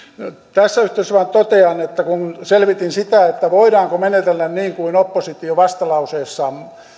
tässä yhteydessä vain totean että kun selvitin sitä voidaanko menetellä niin kuin oppositio vastalauseessaan